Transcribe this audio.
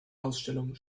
ausstellungen